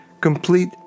complete